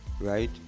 right